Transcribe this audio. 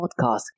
Podcast